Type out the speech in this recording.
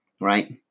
right